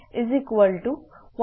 1612